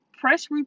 press